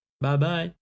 Bye-bye